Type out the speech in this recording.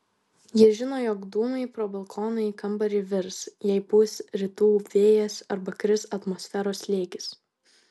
ji žino jog dūmai pro balkoną į kambarį virs jei pūs rytų vėjas arba kris atmosferos slėgis